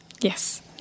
Yes